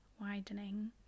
widening